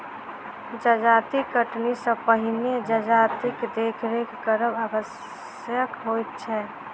जजाति कटनी सॅ पहिने जजातिक देखरेख करब आवश्यक होइत छै